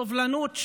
סובלנות,